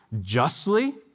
justly